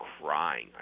crying